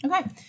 Okay